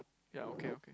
ya okay okay